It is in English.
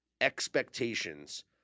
expectations